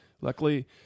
Luckily